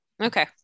okay